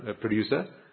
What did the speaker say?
producer